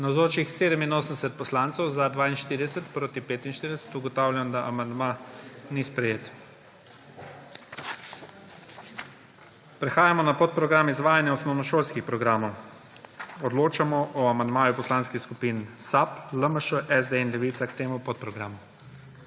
45. (Za je glasovalo 42.) (Proti 45.) Ugotavljam, da amandma ni sprejet. Prehajamo na podprogram Izvajanje osnovnošolskih programov. Odločamo o amandmaju poslanskih skupin SAB, LMŠ, SD in Levica k temu podprogramu.